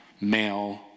male